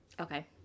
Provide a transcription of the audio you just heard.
Okay